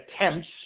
attempts